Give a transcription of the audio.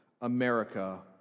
America